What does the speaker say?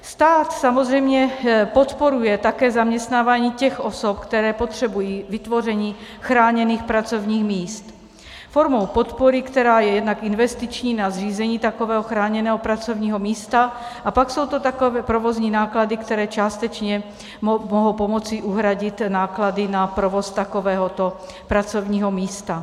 Stát samozřejmě podporuje také zaměstnávání těch osob, které potřebují vytvoření chráněných pracovních míst formou podpory, která je jednak investiční na zřízení takového chráněného pracovního místa, a pak jsou to takové provozní náklady, které částečně mohou pomoci uhradit náklady na provoz takovéhoto pracovního místa.